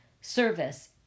service